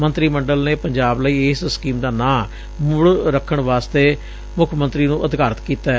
ਮੰਤਰੀ ਮੰਡਲ ਨੇ ਪੰਜਾਬ ਲਈ ਇਸ ਸਕੀਮ ਦਾ ਮੁੜ ਨਾਂ ਰੱਖਣ ਵਾਸਤੇ ਮੁੱਖ ਮੰਤਰੀ ਨੁੰ ਅਧਿਕਾਰਤ ਕੀਤੈ